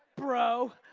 bro.